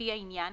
לפי העניין,